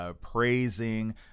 Praising